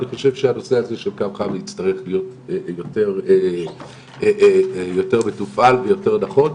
אני חושב שהנושא הזה של קו חם יצטרך להיות יותר מתופעל ויותר נכון,